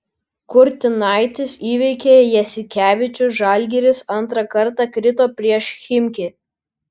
kurtinaitis įveikė jasikevičių žalgiris antrą kartą krito prieš chimki